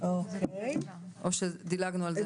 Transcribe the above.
או שדילגנו על זה?